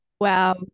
Wow